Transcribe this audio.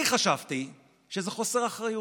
אני חשבתי שזה חוסר אחריות,